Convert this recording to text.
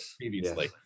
previously